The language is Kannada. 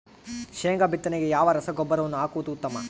ಶೇಂಗಾ ಬಿತ್ತನೆಗೆ ಯಾವ ರಸಗೊಬ್ಬರವನ್ನು ಹಾಕುವುದು ಉತ್ತಮ?